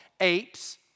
apes